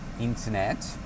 internet